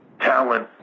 talent